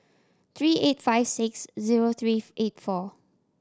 three eight five six zero three eight four